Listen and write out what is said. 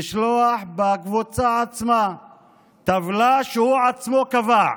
לשלוח בקבוצה עצמה טבלה שהוא עצמו קבע: